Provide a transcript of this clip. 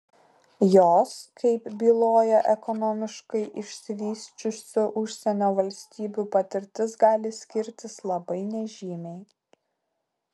jos kaip byloja ekonomiškai išsivysčiusių užsienio valstybių patirtis gali skirtis labai nežymiai